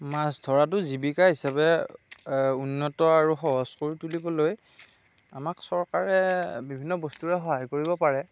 মাছ ধৰাটো জীৱিকা হিচাপে উন্নত আৰু সহজ কৰি তুলিবলৈ আমাক চৰকাৰে বিভিন্ন বস্তুৰে সহায় কৰিব পাৰে